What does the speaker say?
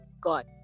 God